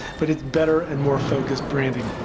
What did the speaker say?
but it's better and more focused branding.